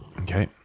Okay